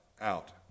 out